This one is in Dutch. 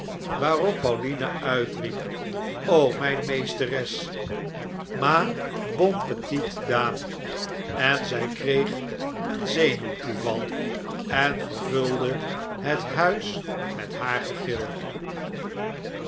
waarop pauline uitriep o mijn meesteres ma bonne petite dame en zij kreeg een zenuwtoeval en vervulde het huis met haar gegil